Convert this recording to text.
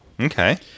Okay